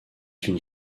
une